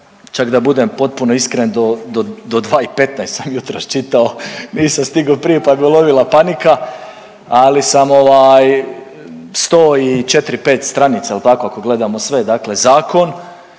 čak da budem potpuno iskren do, do 2 i 15 sam jutros čitao, nisam stigao prije pa me ulovila panika, ali sam ovaj 100 i 4-5 stranica jel tako ako gledamo sve dakle zakon,